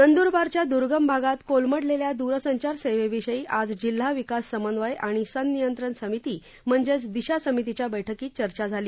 नंदुरबारच्या दुर्गम भागात कोलमडलेल्या दूरसंचार सेवेविषयी आज जिल्हा विकास समन्वय आणि सनियंत्रण समिती म्हणजेच दिशा समितीच्या बैठकीत चर्चा झाली